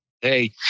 hey